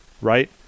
right